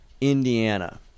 Indiana